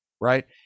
right